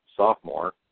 sophomore